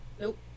nope